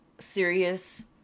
serious